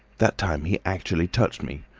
that time he actually touched me,